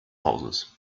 hauses